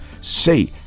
Say